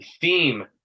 theme